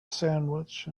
sandwich